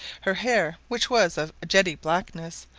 her hair, which was of jetty blackness,